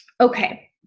okay